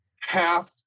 half